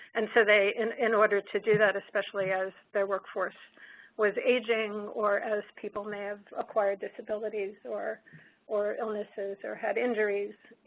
and so in in order to do that, especially as their workforce was aging or as people may have acquired disabilities or or illnesses or had injuries, you